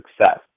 success